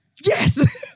Yes